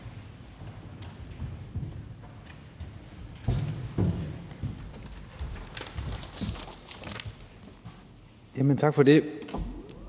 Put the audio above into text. Tak for det.